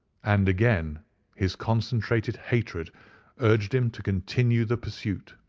and again his concentrated hatred urged him to continue the pursuit.